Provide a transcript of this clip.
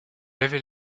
avait